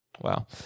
Wow